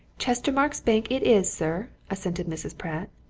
chestermarke's bank it is, sir, assented mrs. pratt.